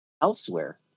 elsewhere